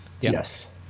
Yes